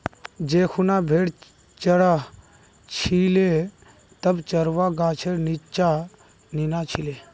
जै खूना भेड़ च र छिले तब चरवाहा गाछेर नीच्चा नीना छिले